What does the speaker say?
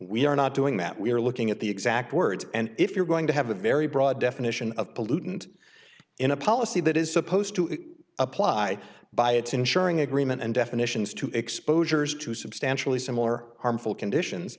we are not doing that we are looking at the exact words and if you're going to have a very broad definition of pollutant in a policy that is supposed to apply by its ensuring agreement and definitions to exposures to substantially similar harmful conditions